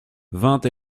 vingt